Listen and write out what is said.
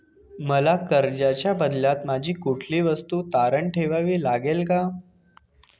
मला कर्जाच्या बदल्यात माझी कुठली वस्तू तारण ठेवावी लागेल का?